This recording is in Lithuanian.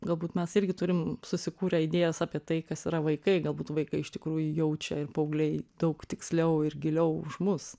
galbūt mes irgi turim susikūrę idėjas apie tai kas yra vaikai galbūt vaikai iš tikrųjų jaučia ir paaugliai daug tiksliau ir giliau už mus